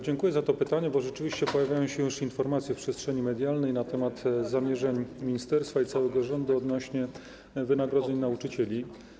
Dziękuję za to pytanie, bo rzeczywiście pojawiają się już informacje w przestrzeni medialnej na temat zamierzeń ministerstwa i całego rządu odnośnie do wynagrodzeń nauczycieli.